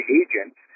agents